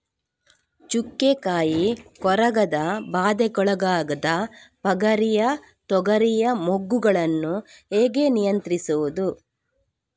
ಚುಕ್ಕೆ ಕಾಯಿ ಕೊರಕದ ಬಾಧೆಗೊಳಗಾದ ಪಗರಿಯ ತೊಗರಿಯ ಮೊಗ್ಗುಗಳನ್ನು ಹೇಗೆ ನಿಯಂತ್ರಿಸುವುದು?